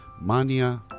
Mania